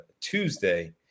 Tuesday